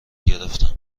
گرفتم